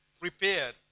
prepared